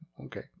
Okay